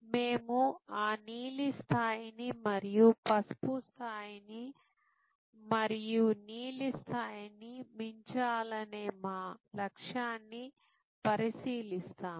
మేము ఆ నీలి స్థాయిని మరియు పసుపు స్థాయిని మరియు నీలి స్థాయిని మించాలనే మా లక్ష్యాన్ని పరిశీలిస్తాము